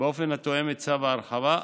באופן התואם את צו ההרחבה.